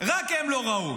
רק הם לא ראו.